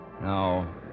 No